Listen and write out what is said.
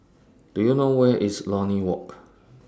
Do YOU know Where IS Lornie Walk